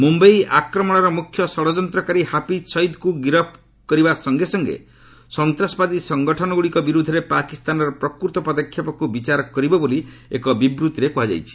ମୁମ୍ବାଇ ଆକ୍ରମଣର ମୁଖ୍ୟ ଷଡ଼ଯନ୍ତକାରୀ ହାଫିଜ୍ ସଇଦ୍କୁ ଗିରଫ ସଙ୍ଗେ ସଙ୍ଗେ ସନ୍ତାସବାଦୀ ସଙ୍ଗଠନଗୁଡ଼ିକ ବିରୋଧରେ ପାକିସ୍ତାନର ପ୍ରକୃତ ପଦକ୍ଷେପକ୍ତ୍ ବିଚାର କରିବ ବୋଲି ଏକ ବିବୃତ୍ତିରେ କୁହାଯାଇଛି